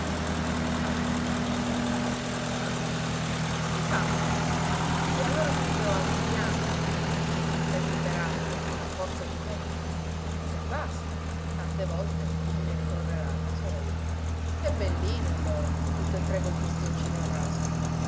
che fanno che fanno i fanno e allora sarebbero altri pianti ogni mattina per liberarle a forza di pettine se basta tante volte bisogna ricorrere al rasojo e belline allora tutt'e tre col testoncino raso